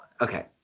okay